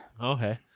Okay